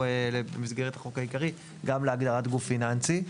במסגרת החוק העיקרי גם להגדרת "גוף פיננסי".